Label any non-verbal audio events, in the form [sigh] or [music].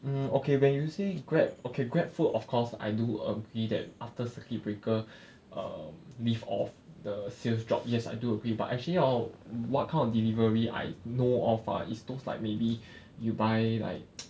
um okay when you say Grab okay Grab food of course I do agree that after circuit breaker [breath] um leave off the sales drop yes I do agree but actually 要 what kind of delivery I know of ah it's those like maybe [breath] you buy like [noise]